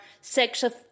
sexual